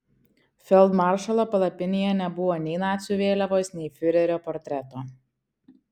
feldmaršalo palapinėje nebuvo nei nacių vėliavos nei fiurerio portreto